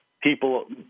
people